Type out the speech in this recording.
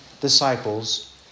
disciples